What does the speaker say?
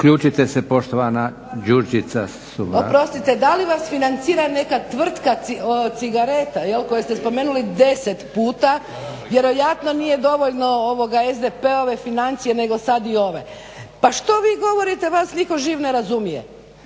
**Sumrak, Đurđica (HDZ)** Oprostite. Da li vas financira neka tvrtka cigareta koju ste spomenuli 10 puta, vjerojatno nije dovoljno SDP-ove financije nego i ove. Pa što vi govorite vas nitko živ ne razumije.